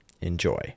Enjoy